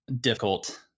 difficult